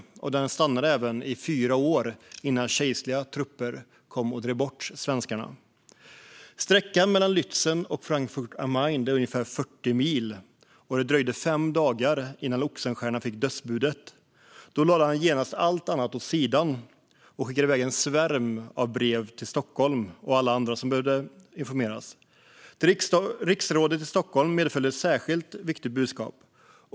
Den stannade i fyra år innan den sedan drevs bort av kejserliga trupper. Sträckan mellan Lützen och Frankfurt am Main är ungefär 40 mil, och det dröjde fem dagar innan Oxenstierna fick dödsbudet. Då lade han genast allt annat åt sidan och skickade iväg en svärm av brev till Stockholm och alla som behövde informeras. Till riksrådet i Stockholm medföljde ett särskilt viktigt budskap.